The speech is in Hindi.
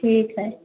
ठीक है